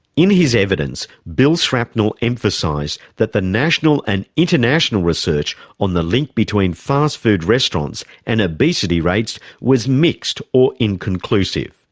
in his evidence, bill shrapnel emphasised that the national and international research on the link between fast food restaurants and obesity rates was mixed or inconclusive.